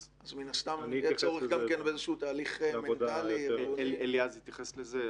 אז מן הסתם יהיה צורך גם באיזשהו תהליך מנטלי --- אליעז יתייחס לזה.